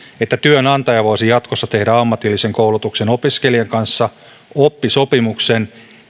että työnantaja voisi jatkossa tehdä ammatillisen koulutuksen opiskelijan kanssa oppisopimuksen